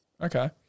Okay